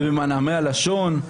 במנעמי לשון,